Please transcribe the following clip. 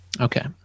Okay